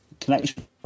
Connection